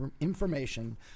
information